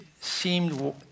seemed